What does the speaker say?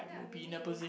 yeah maybe you will